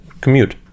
commute